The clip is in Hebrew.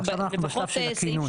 עכשיו אנחנו בשלב של הכינון.